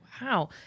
Wow